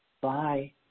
Bye